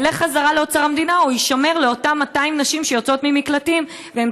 ילך חזרה לאוצר המדינה או יישמר לאותן 200 נשים שיוצאות ממקלטים והן